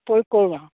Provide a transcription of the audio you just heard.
প্ৰয়োগ কৰো আৰু